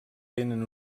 tenien